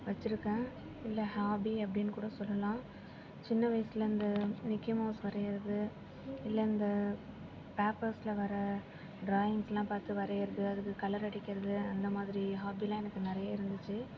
வச்சுருக்கன் இது என் ஹாபி அப்படினுகூட சொல்லலாம் சின்ன வயசில் அந்த மிக்கிமௌஸ் வரையிறது இல்லை அந்த பேப்பர்ஸில் வர ட்ராயிங்லாம் பார்த்து வரையிறது அதுக்கு கலர் அடிக்கிறது அந்த மாதிரி ஹாபிலாம் எனக்கு நிறைய இருந்துச்சு